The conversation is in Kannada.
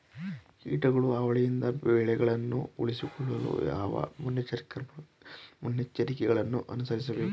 ಕೀಟಗಳ ಹಾವಳಿಯಿಂದ ಬೆಳೆಗಳನ್ನು ಉಳಿಸಿಕೊಳ್ಳಲು ಯಾವ ಮುನ್ನೆಚ್ಚರಿಕೆಗಳನ್ನು ಅನುಸರಿಸಬೇಕು?